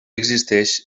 existeix